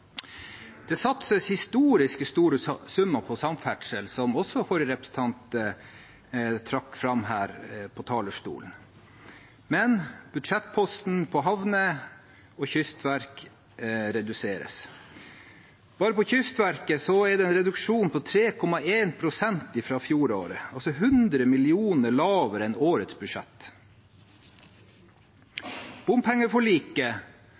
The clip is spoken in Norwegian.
Det satses historisk store summer på samferdsel, som også forrige taler trakk fram, men budsjettposter for havner og Kystverket reduseres. Bare for Kystverket er det en reduksjon på 3,1 pst. fra fjoråret, altså 100 mill. kr lavere enn årets